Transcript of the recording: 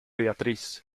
beatriz